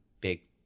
big